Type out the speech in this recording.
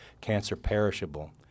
cancer-perishable